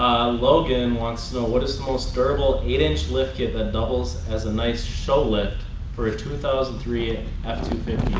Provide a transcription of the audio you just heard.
logan wants to know, what is the most durable eight-inch lift kit that doubles as a nice show lift for a two thousand and three ah f two